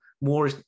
more